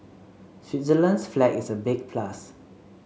Switzerland's flag is a big plus